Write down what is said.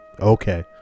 Okay